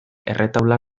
erretaula